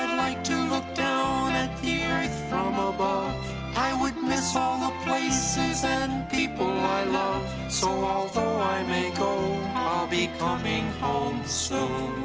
like to look down at the earth from ah above i would miss ah all places and people i love so although i may go i'll be coming home soon